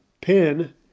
pin